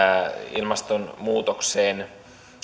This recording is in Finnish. ilmastonmuutokseen